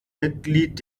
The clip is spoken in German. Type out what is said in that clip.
mitglied